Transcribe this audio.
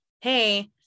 hey